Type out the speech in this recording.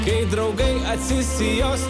kai draugai atsisijos